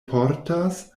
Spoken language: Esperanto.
portas